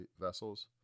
vessels